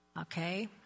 Okay